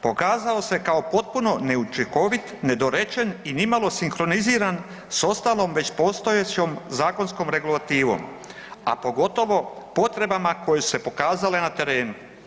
Pokazao se kao potpuno neučinkovit, nedorečen i nimalo sinkroniziran s ostalom već postojećom zakonskom regulativom, a pogotovo potrebama koje su se pokazale na terenu.